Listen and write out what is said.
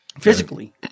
physically